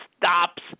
stops